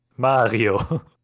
Mario